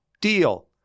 deal